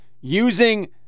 using